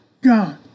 God